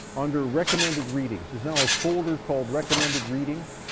under recommended readings there's now a folder called recommended readings,